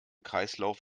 kreislauf